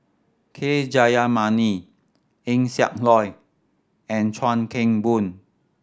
K Jayamani Eng Siak Loy and Chuan Keng Boon